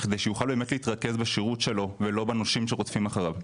בכדי שיוכל באמת להתרכז בשירות שלו ולא בנושים שרודפים אחריו.